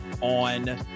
on